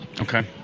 okay